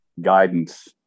guidance